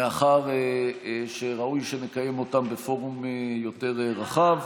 מאחר שראוי שנקיים אותם בפורום יותר רחב.